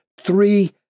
three